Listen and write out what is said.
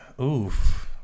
Oof